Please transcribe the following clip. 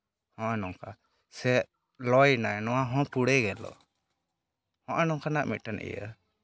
ᱱᱚᱜᱼᱚᱭ ᱱᱚᱝᱠᱟ ᱥᱮ ᱞᱚᱭᱮᱱᱟᱭ ᱱᱚᱣᱟ ᱦᱚᱸ ᱯᱩᱲᱮ ᱜᱮᱞᱚ ᱦᱚᱸᱜᱼᱚᱭ ᱱᱚᱝᱠᱟᱱᱟᱜ ᱢᱤᱫᱴᱮᱱ ᱤᱭᱟᱹ